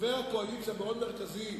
דובר קואליציה מאוד מרכזי,